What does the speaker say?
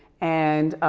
and,